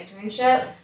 internship